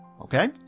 Okay